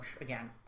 again